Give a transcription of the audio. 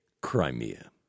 Crimea